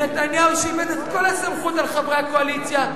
את כל הסמכות על חברי הקואליציה,